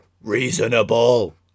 reasonable